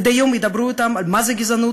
מדי יום ידברו אתם על מה זה גזענות,